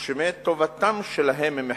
או שמא את טובתם שלהם הם מחפשים?